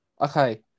Okay